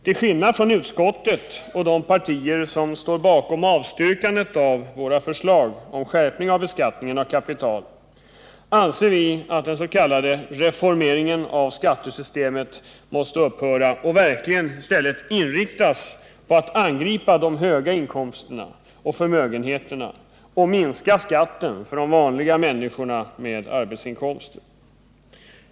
Till skillnad från utskottet och de partier som står bakom avstyrkandet av våra förslag om skärpning av beskattningen av kapital anser vi att denna förmenta reformering av skattesystemet måste upphöra och verkligen i stället inriktas på att angripa de höga inkomsterna och stora förmögenheterna och minska skatten för de vanliga människorna med arbetsinkomster.